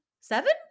seven